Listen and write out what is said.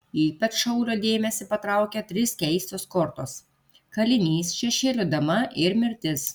ypač šaulio dėmesį patraukia trys keistos kortos kalinys šešėlių dama ir mirtis